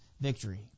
victory